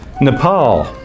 Nepal